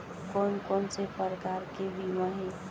कोन कोन से प्रकार के बीमा हे?